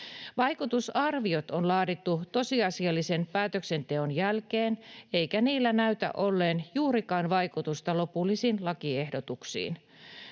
Vaikutusarviot on laadittu tosiasiallisen päätöksenteon jälkeen, eikä niillä näytä olleen juurikaan vaikutusta lopullisiin lakiehdotuksiin.